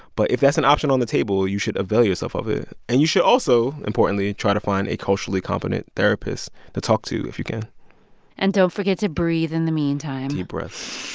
but if that's an option on the table, you should avail yourself of it. and you should also, importantly, try to find a culturally competent therapist to talk to if you can and don't forget to breathe in the meantime deep breaths